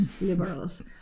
liberals